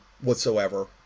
whatsoever